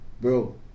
Bro